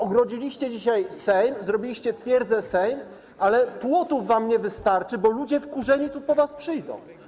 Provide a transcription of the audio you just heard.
Ogrodziliście dzisiaj Sejm, zrobiliście twierdzę Sejm, ale płotów wam nie wystarczy, bo ludzie wkurzeni tu po was przyjdą.